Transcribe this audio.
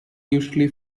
usually